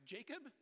Jacob